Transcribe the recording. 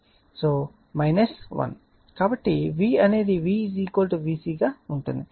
కాబట్టి V అనేది V VC గా ఉంటుంది అది కెపాసిటర్ వద్ద వోల్టేజ్ అవుతుంది